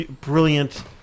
Brilliant